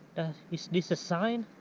is this a sign?